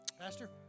Pastor